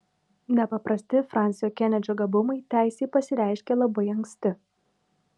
nepaprasti fransio kenedžio gabumai teisei pasireiškė labai anksti